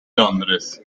londres